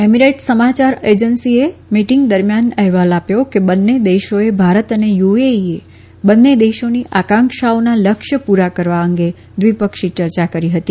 Emirates સમાચાર એજન્સીએ meeting દરમ્યાન અહેવાલ આપ્યો છે કે બંને દેશોએ ભારત અને યુએઈ એ બંને દેશોની આકાંક્ષાઓના લક્ષ્ય પુરા કરવા અંગે દ્વિપક્ષી ચર્ચા કરી હતી